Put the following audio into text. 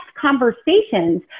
conversations